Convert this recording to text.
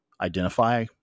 identify